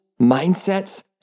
mindsets